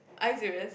are you serious